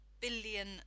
billion